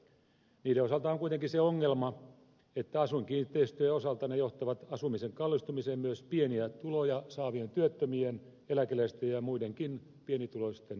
niiden osalta on kuitenkin se ongelma että asuinkiinteistöjen osalta ne johtavat asumisen kallistumiseen myös pieniä tuloja saavien työttömien eläkeläisten ja muidenkin pienituloisten osalta